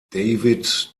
david